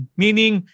meaning